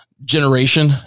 generation